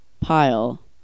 pile